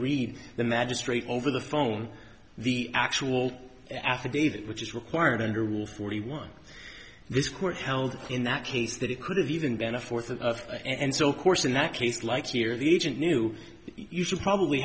read the magistrate over the phone the actual affidavit which is required under rule forty one this court held in that case that it could have even been a fourth of and so course in that case like here the agent knew you should probably